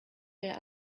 fait